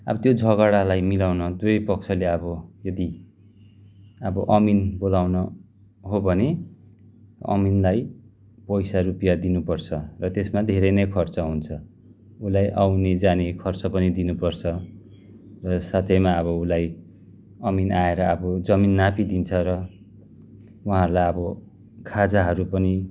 अब त्यो झगडालाई मिलाउन दुवै पक्षले अबो यदि अमिन बोलाउन हो भने अमिनलाई पैसा रुपियाँ दिनु पर्छ र त्यसमा धेरै नै खर्च हुन्छ उसलाई आउने जाने खर्च पनि दिनु पर्छ र साथैमा अब उसलाई अमिन आएर अब जमिन नापिदिन्छ र उहाँहरूलाई अब खाजाहरू पनि